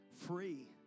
free